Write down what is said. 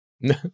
no